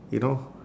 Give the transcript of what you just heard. you know